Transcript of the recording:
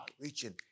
reaching